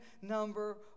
number